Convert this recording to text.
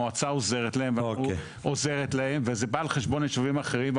המועצה עוזרת להם וזה בא על חשבון ישובים אחרים.